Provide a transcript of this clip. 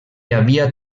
havia